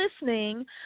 listening